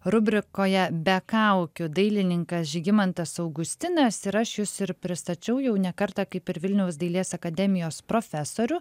rubrikoje be kaukių dailininkas žygimantas augustinas ir aš jus ir pristačiau jau ne kartą kaip ir vilniaus dailės akademijos profesorių